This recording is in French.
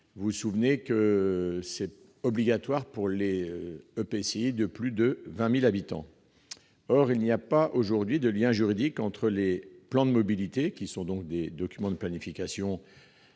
ou PCAET. C'est une obligation pour les EPCI de plus de 20 000 habitants. Or il n'y a pas aujourd'hui de lien juridique entre les plans de mobilité, qui sont des documents de planification